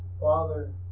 Father